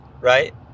right